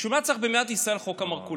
בשביל מה צריך במדינת ישראל חוק מרכולים?